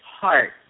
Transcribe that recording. heart